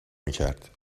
میکرد